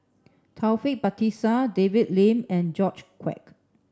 Taufik Batisah David Lim and George Quek